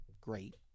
great